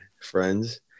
friends